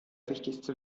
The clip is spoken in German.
wichtigste